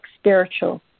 spiritual